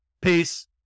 peace